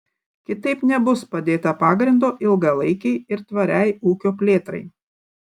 kitaip nebus padėta pagrindo ilgalaikei ir tvariai ūkio plėtrai